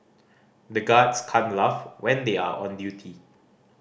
the guards can't laugh when they are on duty